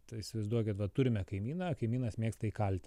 tai įsivaizduokit vat turime kaimyną kaimynas mėgsta įkalti